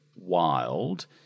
wild